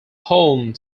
home